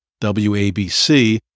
WABC